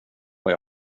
och